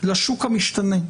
לשוק המשתנה.